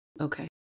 okay